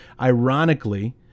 Ironically